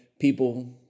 people